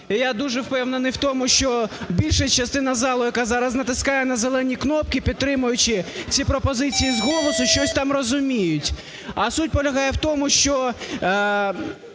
я дуже впевнений в тому, що більша частина залу, яка зараз натискає на зелені кнопки, підтримуючи ці пропозиції з голосу, щось там розуміють. А суть полягає в тому, що